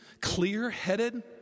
clear-headed